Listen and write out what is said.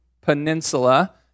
Peninsula